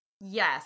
Yes